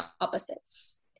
opposites